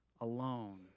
alone